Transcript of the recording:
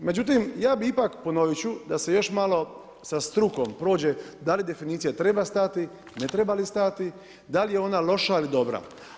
Međutim, ja bi ipak ponovit ću da se još malo sa strukom prođe da li definicija treba stajati ne treba li stajati, da li je ona loša ali dobra.